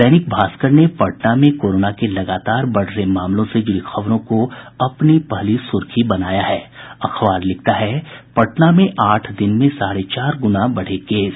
दैनिक भास्कर ने पटना में कोरोना के लगातार बढ़ रहे मामलों से जुड़ी खबरों को अपनी पहली सुर्खी बनाया है अखबार लिखता है पटना में आठ दिन में साढ़े चार गुना बढ़े केस